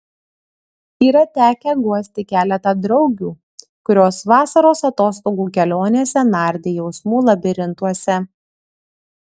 yra tekę guosti keletą draugių kurios vasaros atostogų kelionėse nardė jausmų labirintuose